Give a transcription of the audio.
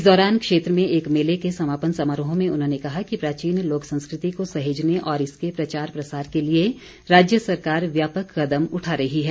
इस दौरान क्षेत्र में एक मेले के समापन समारोह में उन्होंने कहा कि प्राचीन लोक संस्कृति को सहेजने और इसके प्रचार प्रसार के लिए राज्य सरकार व्यापक कदम उठा रही है